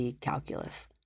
Calculus